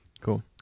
Cool